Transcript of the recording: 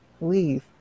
leave